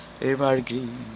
Evergreen